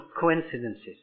coincidences